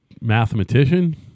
mathematician